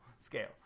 scale